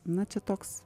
na čia toks